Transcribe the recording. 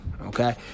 Okay